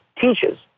teaches